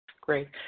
Great